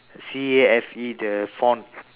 C A F E the font